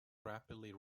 rapidly